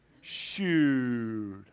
Shoot